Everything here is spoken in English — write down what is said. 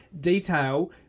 detail